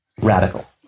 radical